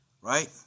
right